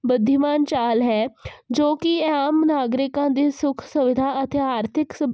ਬੁੱਧੀਮਾਨ ਚਾਲ ਹੈ ਜੋ ਕਿ ਆਮ ਨਾਗਰਿਕਾਂ ਦੇ ਸੁੱਖ ਸੁਵਿਧਾ ਅਤੇ ਆਰਥਿਕ ਸੁਵ